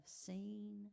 seen